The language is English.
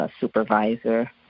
supervisor